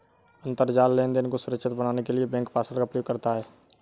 अंतरजाल लेनदेन को सुरक्षित बनाने के लिए बैंक पासवर्ड का प्रयोग करता है